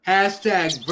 Hashtag